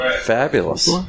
Fabulous